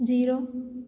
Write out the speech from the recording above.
zero